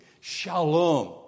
Shalom